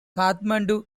kathmandu